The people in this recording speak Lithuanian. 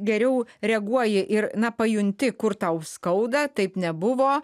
geriau reaguoji ir na pajunti kur tau skauda taip nebuvo